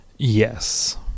Yes